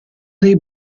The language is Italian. dei